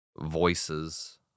voices